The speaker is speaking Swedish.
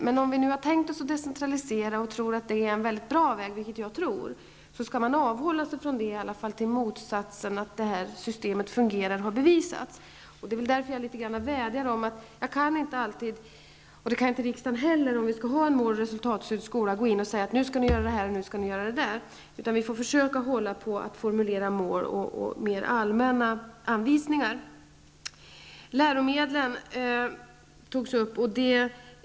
Men om vi nu har beslutat om decentralisering, vilket jag tror är en mycket bra väg, skall man avhålla sig från att genomföra nya idéer tills det har bevisats att det här systemet inte fungerar. Om vi nu skall ha en mål och resultatstyrd skola, kan varken jag eller riksdagen gå in och i detalj säga vad som skall göras, utan vi får hålla oss till att formulera mål och mer allmänna anvisningar. Ulla Pettersson tog upp läromedlen.